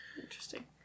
Interesting